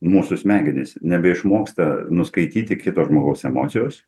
mūsų smegenys nebeišmoksta nuskaityti kito žmogaus emocijos